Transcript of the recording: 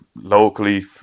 locally